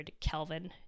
Kelvin